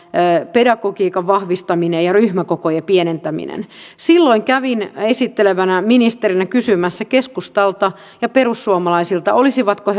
pedagogiikan vahvistaminen ja ryhmäkokojen pienentäminen silloin kävin esittelevänä ministerinä kysymässä keskustalta ja perussuomalaisilta olisivatko